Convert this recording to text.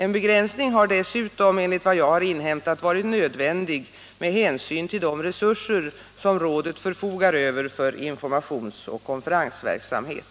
En begränsning har dessutom enligt vad jag har inhämtat varit nödvändig med hänsyn till de resurser som rådet förfogar över för informationsoch konferensverksamhet.